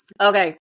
okay